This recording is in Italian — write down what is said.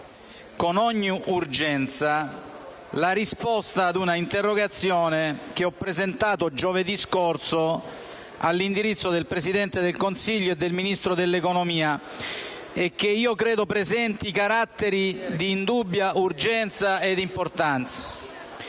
"Il link apre una nuova finestra") che ho presentato giovedì scorso, all'indirizzo del Presidente del Consiglio e del Ministro dell'economia, che io credo presenti caratteri di indubbia urgenza ed importanza.